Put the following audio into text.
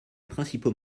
principaux